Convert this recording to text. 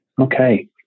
Okay